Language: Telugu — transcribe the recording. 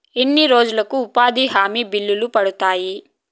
ఎన్ని రోజులకు ఉపాధి హామీ బిల్లులు పడతాయి?